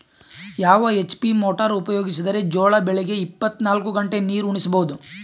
ಯಾವ HP motor ಉಪಯೋಗಿಸಿದರ ಜೋಳ ಬೆಳಿಗ ಇಪ್ಪತ ನಾಲ್ಕು ಗಂಟೆ ನೀರಿ ಉಣಿಸ ಬಹುದು?